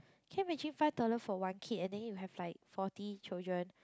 can you imagine five dollar for one kid then you have like forty children